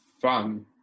fun